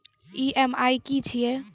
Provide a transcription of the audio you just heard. EMI की छिये?